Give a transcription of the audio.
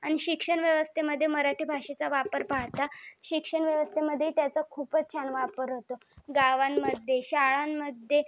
आणि शिक्षण व्यवस्थेमध्ये मराठी भाषेचा वापर पाहता शिक्षण व्यवस्थेमध्ये त्याचा खूपच छान वापर होतो गावांमध्ये शाळांमध्ये